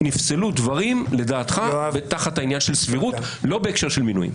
נפסלו דברים לדעתך תחת העניין של סבירות לא בהקשר של מינויים?